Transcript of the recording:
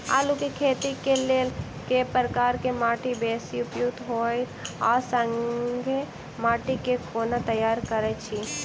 आलु केँ खेती केँ लेल केँ प्रकार केँ माटि बेसी उपयुक्त होइत आ संगे माटि केँ कोना तैयार करऽ छी?